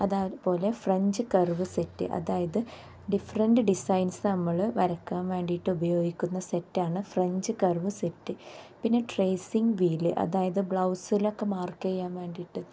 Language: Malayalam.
അതാതുപോലെ ഫ്രഞ്ച് കർവ് സെറ്റ് അതായത് ഡിഫ്രൻറ് ഡിസൈൻസ് നമ്മൾ വരക്കാൻ വേണ്ടിയിട്ട് ഉപയോഗിക്കുന്ന സെറ്റാണ് ഫ്രഞ്ച് കർവ് സെറ്റ് പിന്നെ ട്രേസിംഗ് വീല് അതായത് ബ്ലൗസിലൊക്കെ മാർക്ക് ചെയ്യാൻ വേണ്ടിയിട്ട്